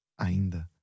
ainda